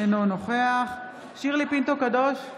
אינו נוכח שירלי פינטו קדוש,